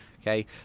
Okay